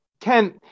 Ken